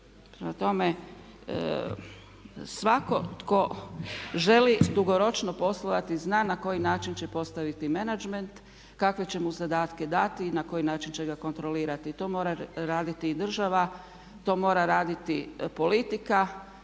tome, svatko tko želi dugoročno poslovati zna na koji način će postaviti menadžment, kakve će mu zadatke dati i na koji način će ga kontrolirati. I to mora raditi i država, to mora raditi politika